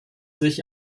sich